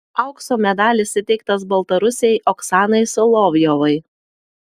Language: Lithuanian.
aukso medalis įteiktas baltarusei oksanai solovjovai